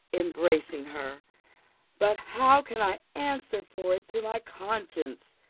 embracing her but how can i answer for it to my conscience,